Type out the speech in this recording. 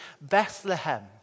Bethlehem